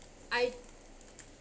I